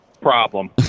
problem